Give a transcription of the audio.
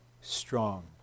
strong